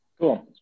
Cool